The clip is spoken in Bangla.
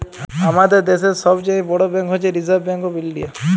আমাদের দ্যাশের ছব চাঁয়ে বড় ব্যাংক হছে রিসার্ভ ব্যাংক অফ ইলডিয়া